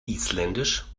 isländisch